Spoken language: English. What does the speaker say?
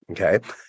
Okay